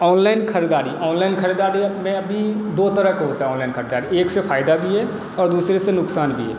online ख़रीदारी online खरीदारी में अभी दो तरह की होती है ऑनलाइन ख़रीदारी एक से फ़ायदा भी है और दूसरे से नुक़सान भी है